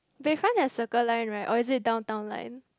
Bayfront at Circle Line right or is it Downtown Line